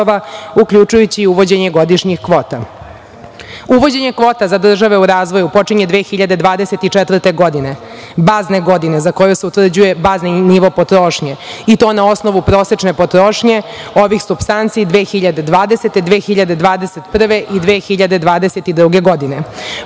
uključujući i uvođenje godišnjih kvota. Uvođenje kvota za države u razvoju počinje 2024. godine, bazne godine za koju se utvrđuje bazni nivo potrošnje i to na osnovu prosečne potrošnje ovih supstanci 2020, 2021. i 2022. godine.